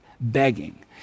begging